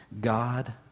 God